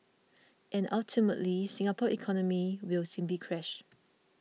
and ultimately Singapore's economy will simply crash